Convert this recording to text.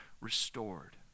restored